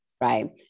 right